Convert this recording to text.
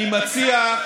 אני מציע,